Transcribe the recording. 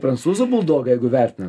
prancūzų buldogą jeigu vertinam